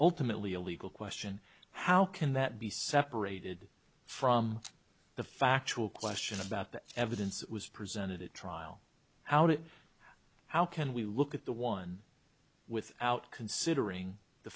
ultimately a legal question how can that be separated from the factual question about that evidence was presented at trial how to how can we look at the one without considering the